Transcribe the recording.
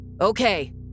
Okay